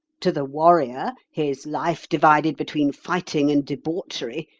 to the warrior, his life divided between fighting and debauchery,